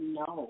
no